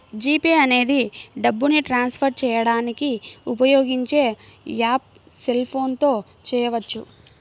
G Pay అనేది డబ్బుని transfer చేయడానికి ఉపయోగించే యాప్పు సెల్ ఫోన్ తో చేయవచ్చు